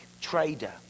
trader